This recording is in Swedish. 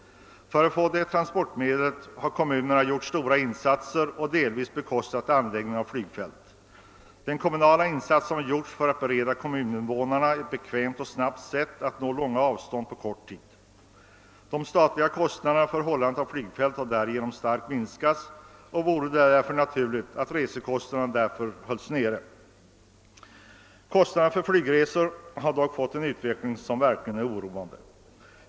För att få detta transportmedel har kommunerna gjort stora insatser och delvis bekostat anläggningen av flygfält. Denna kommunala insats har gjorts för att bereda kommuninvånarna möjlighet att på ett bekvämt och snabbt sätt färdas över långa avstånd på kort tid. De statliga kostnaderna för hållandet av flygfält har därigenom starkt minskats, och det vore alltså naturligt att reskostnaderna hölls nere. Kostnaderna för flygresor har dock utvecklats på ett sätt som är verkligt oroande.